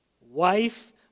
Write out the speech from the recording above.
wife